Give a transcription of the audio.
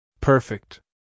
Perfect